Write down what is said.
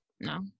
no